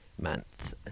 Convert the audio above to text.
Month